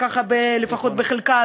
לפחות בחלקה,